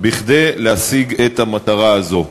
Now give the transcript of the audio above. כדי להשיג את המטרה הזו.